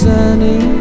Sunny